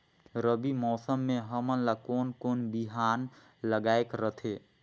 रबी मौसम मे हमन ला कोन कोन बिहान लगायेक रथे?